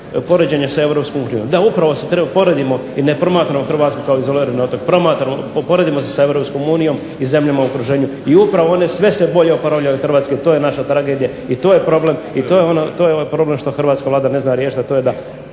da upravo se treba da uporedimo i ne promatramo Hrvatsku kao izolirani otok, poredimo se sa EU i zemljama u okruženju. I upravo one sve se bolje oporavljaju od Hrvatske. To je naša tragedija i to je problem i to je ovaj problem što Hrvatska vlada ne zna riješiti, a to je da